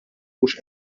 mhux